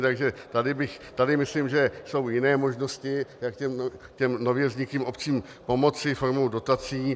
Takže tady myslím, že jsou jiné možnosti, jak nově vzniklým obcím pomoci formou dotací.